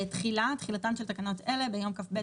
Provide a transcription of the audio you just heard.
תחילה תחילתן של תקנות אלה ביום כ"ב